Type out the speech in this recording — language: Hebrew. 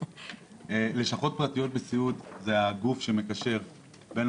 לשכות פרטיות בסיעוד זה הגוף שמקשר בין